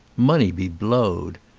money be blowed!